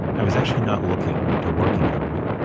i was actually not looking to work in government,